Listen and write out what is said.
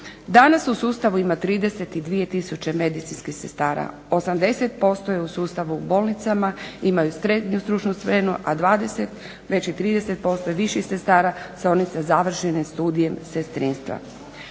Danas u sustavu ima 32 tisuće medicinskih sestara, 80% je u sustavu u bolnicama, imaju srednju stručnu spremu, a 20 već i 30% viših sestara sa onim završenim studijem sestrinstva.